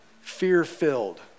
fear-filled